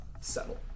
settle